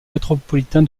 métropolitain